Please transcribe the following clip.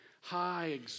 high